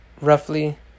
roughly